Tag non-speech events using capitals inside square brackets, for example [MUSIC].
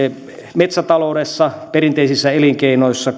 metsätaloudessa perinteisissä elinkeinoissa [UNINTELLIGIBLE]